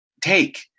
take